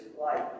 life